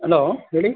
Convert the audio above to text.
hello ಹೇಳಿ